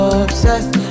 obsessed